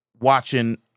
watching